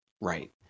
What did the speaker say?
right